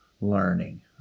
learning